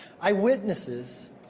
eyewitnesses